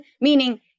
meaning